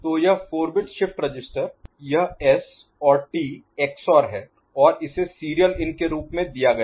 तो यह 4 bit shift register यह S और T XOR है और इसे सीरियल इन के रूप में दिया गया है